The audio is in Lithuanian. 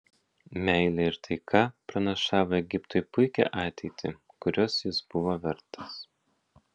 meilė ir taika pranašavo egiptui puikią ateitį kurios jis buvo vertas